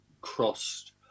crossed